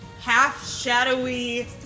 half-shadowy